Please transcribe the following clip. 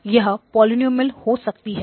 यह पॉलिनॉमियल हो सकती है